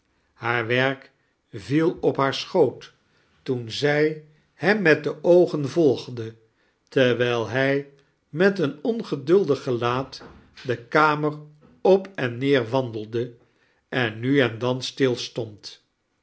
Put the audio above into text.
haar werk viel op haar sohoot toen zij hem met de oogen volgde terwijl hij met een ongeduldig gelaat de kamer op en neerwandelde en nu en dan stilstond